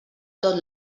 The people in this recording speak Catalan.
tot